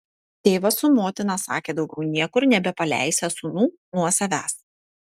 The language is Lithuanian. tėvas su motina sakė daugiau niekur nebepaleisią sūnų nuo savęs